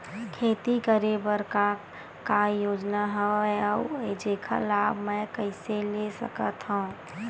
खेती करे बर का का योजना हवय अउ जेखर लाभ मैं कइसे ले सकत हव?